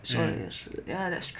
so is ya that's true